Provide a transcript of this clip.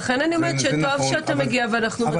לכן אני אומרת שטוב שאתה מגיע ואנחנו מזמינים --- אבל